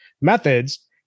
methods